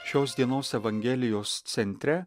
šios dienos evangelijos centre